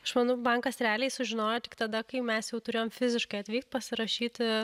aš manau bankas realiai sužinojo tik tada kai mes jau turėjom fiziškai atvykt pasirašyti